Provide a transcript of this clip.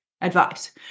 advice